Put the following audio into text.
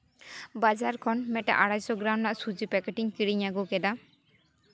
ᱵᱟᱡᱟᱨ ᱠᱷᱚᱱ ᱢᱤᱫᱴᱟᱱ ᱟᱲᱟᱭᱥᱚ ᱜᱨᱟᱢ ᱨᱮᱱᱟᱜ ᱥᱩᱡᱤ ᱯᱮᱠᱮᱴᱤᱧ ᱠᱤᱨᱤᱧ ᱟᱹᱜᱩ ᱠᱟᱫᱟ